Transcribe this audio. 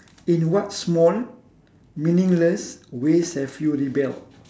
in what small meaningless ways have you rebel